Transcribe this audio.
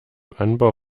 anbau